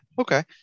okay